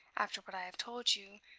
after what i have told you,